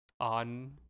on